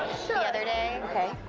so other day. okay.